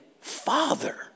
father